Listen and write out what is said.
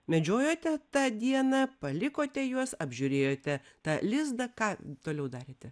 medžiojote tą dieną palikote juos apžiūrėjote tą lizdą ką toliau darėte